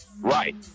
Right